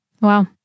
Wow